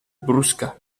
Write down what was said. brusca